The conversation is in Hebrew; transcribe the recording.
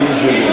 קים ג'ונג-און.